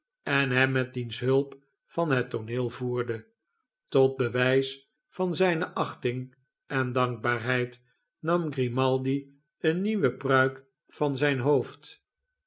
en hem met diens hulp van het tooneel voerde tot bewijs van zijne achting en dankbaarheid nam grimaldi een nieuwe pruik van zijn hoofd